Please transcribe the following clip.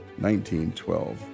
1912